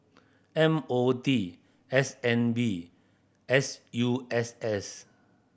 M O T S N B S U S S